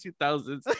2000s